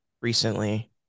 recently